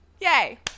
yay